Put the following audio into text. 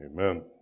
Amen